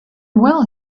well